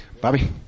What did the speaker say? Bobby